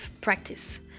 practice